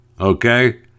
Okay